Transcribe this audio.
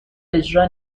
اجرا